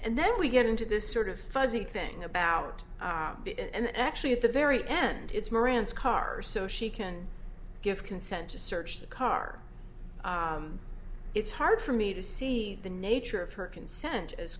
and then we get into this sort of fuzzy thing about it and actually at the very end it's moran's car so she can give consent to search the car it's hard for me to see the nature of her consent